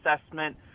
assessment